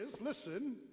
listen